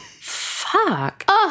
Fuck